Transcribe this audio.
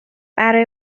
برای